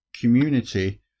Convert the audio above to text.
community